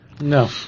No